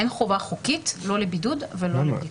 אין חובה חוקית, לא לבידוד ולא לבדיקה.